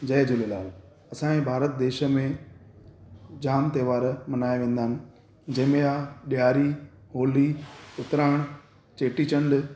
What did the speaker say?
जय झूलेलाल असांजे भारत देश में जाम त्योहार मल्हाया वेंदा आहिनि जंहिंमे आहे ॾियारी होली उतराण चेटी चंड